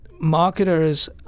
marketers